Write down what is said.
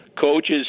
Coaches